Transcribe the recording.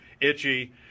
itchy